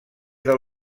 del